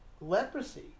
leprosy